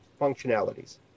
functionalities